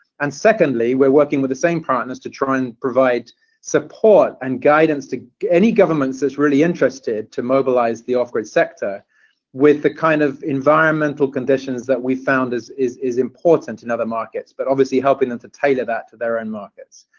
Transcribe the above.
and secondly, we're working with the same partners to try and provide support and guidance to any government that's really interested to mobilize the off-grid sector with the kind of environmental conditions that we've found is is important in other markets. but obviously helping them to tailor that to their own markets.